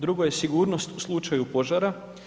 Drugo je sigurnost u slučaju požara.